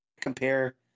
compare